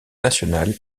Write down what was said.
nationale